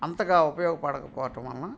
అంతగా ఉపయోగపడకపోవటం వలన